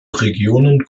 regionen